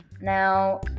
Now